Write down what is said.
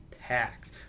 packed